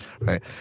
right